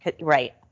Right